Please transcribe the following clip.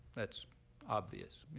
that's obvious.